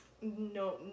no